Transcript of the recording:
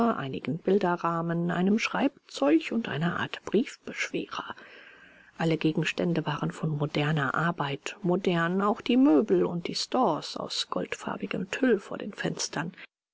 einigen bilderrahmen einem schreibzeug und einer art briefbeschwerer alle gegenstände waren von moderner arbeit modern auch die möbel und die stores aus goldfarbigem tüll vor den fenstern